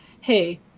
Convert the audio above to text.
hey